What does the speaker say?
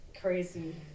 crazy